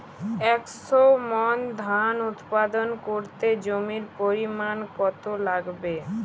একশো মন ধান উৎপাদন করতে জমির পরিমাণ কত লাগবে?